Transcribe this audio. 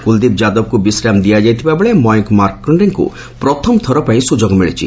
କୁଲଦୀପ ଯାଦବଙ୍କୁ ବିଶ୍ରାମ ଦିଆଯାଇଥିବା ବେଳେ ମୟଙ୍କ ମାର୍କଶ୍ଚେଙ୍କୁ ପ୍ରଥମ ଥର ପାଇଁ ସୁଯୋଗ ମିଳିଛି